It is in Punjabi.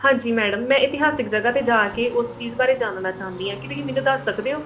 ਹਾਂਜੀ ਮੈਡਮ ਮੈਂ ਇਤਿਹਾਸਿਕ ਜਗ੍ਹਾ 'ਤੇ ਜਾ ਕੇ ਉਸ ਚੀਜ਼ ਬਾਰੇ ਜਾਣਨਾ ਚਾਹੁੰਦੀ ਹਾਂ ਕੀ ਤੁਸੀਂ ਮੈਨੂੰ ਦੱਸ ਸਕਦੇ ਹੋ